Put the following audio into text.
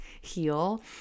heal